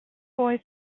boy